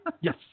Yes